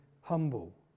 humble